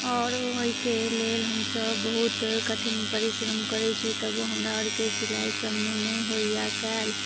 और ओइके लेल हमसब बहुत कठिन परिश्रम करै छी तबो हमरा अरके सिलाइ सबमे नै होइये कएल